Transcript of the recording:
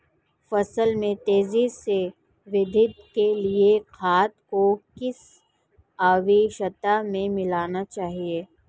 फसल में तेज़ी से वृद्धि के लिए खाद को किस अवस्था में मिलाना चाहिए?